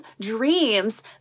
dreams